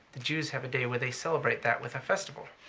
the jews have a day where they celebrate that with a festival.